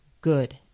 good